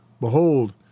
Behold